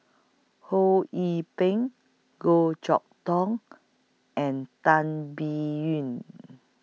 Ho Yee Ping Goh Chok Tong and Tan Biyun